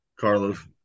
Carlos